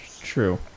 True